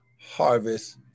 harvest